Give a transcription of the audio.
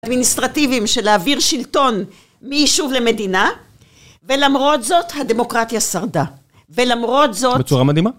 ...אדמיניסטרטיביים של להעביר שלטון מיישוב למדינה ולמרות זאת הדמוקרטיה שרדה ולמרות זאת... בצורה מדהימה!